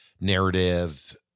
narrative